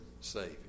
Savior